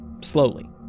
slowly